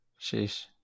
sheesh